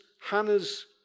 Hannah's